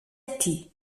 ati